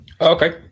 Okay